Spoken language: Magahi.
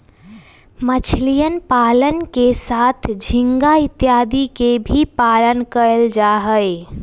मछलीयन पालन के साथ झींगा इत्यादि के भी पालन कइल जाहई